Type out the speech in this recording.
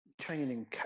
training